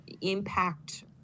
impact